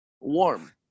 warm